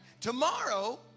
Tomorrow